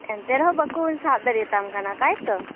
ᱮᱱᱛᱮ ᱨᱮᱦᱚᱸ ᱵᱟᱠᱚ ᱥᱟᱵ ᱫᱟᱲᱮᱭᱟᱛᱟᱢ ᱠᱟᱱᱟ ᱛᱟᱭᱛᱚ